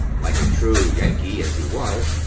like a true yankee as he was,